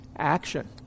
action